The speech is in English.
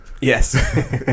Yes